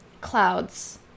Clouds